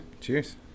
cheers